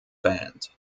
band